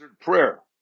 prayer